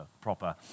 proper